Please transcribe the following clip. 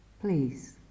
Please